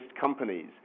companies